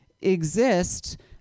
exist